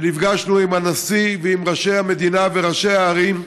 ונפגשנו עם הנשיא ועם ראשי המדינה וראשי הערים,